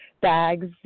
bags